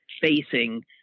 facing